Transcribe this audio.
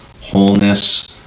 wholeness